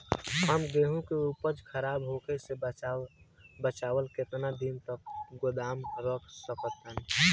हम गेहूं के उपज खराब होखे से बचाव ला केतना दिन तक गोदाम रख सकी ला?